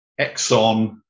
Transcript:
Exxon